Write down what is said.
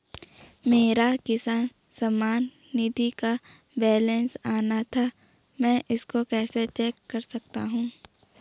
मेरा किसान सम्मान निधि का बैलेंस आना था मैं इसको कैसे चेक कर सकता हूँ?